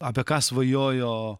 apie ką svajojo